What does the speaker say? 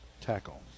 tackle